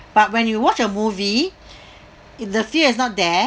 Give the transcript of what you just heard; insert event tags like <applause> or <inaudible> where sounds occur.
but when you watch a movie <breath> the fear is not there